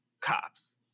cops